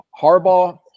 Harbaugh